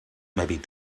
maybe